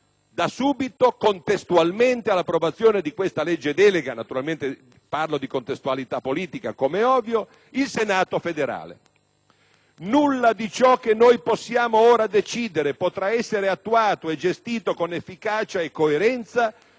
da subito, contestualmente all'approvazione di questa legge delega - naturalmente parlo di contestualità politica - il Senato federale. Nulla di ciò che possiamo ora decidere potrà essere attuato e gestito con efficacia e coerenza,